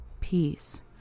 peace